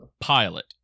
pilot